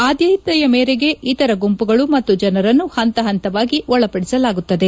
ಆದ್ಯತೆಯ ಮೇರೆಗೆ ಇತರ ಗುಂಪುಗಳು ಮತ್ತು ಜನರನ್ನು ಹಂತ ಹಂತವಾಗಿ ಒಳಪದಿಸಲಾಗುತ್ತದೆ